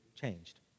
changed